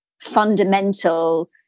fundamental